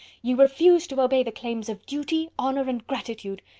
you refuse to obey the claims of duty, honour, and gratitude.